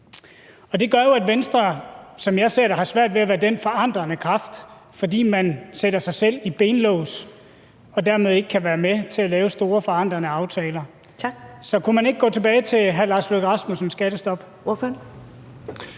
jeg ser det, har svært ved at være den forandrende kraft, fordi man lægger sig selv i benlås og dermed ikke kan være med til at lave store forandrende aftaler.